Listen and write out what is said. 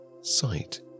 sight